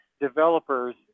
developers